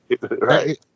Right